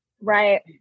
Right